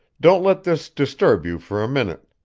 don't let this disturb you for a minute.